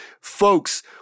folks